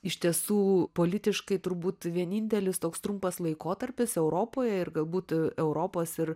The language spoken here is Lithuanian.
iš tiesų politiškai turbūt vienintelis toks trumpas laikotarpis europoje ir galbūt europos ir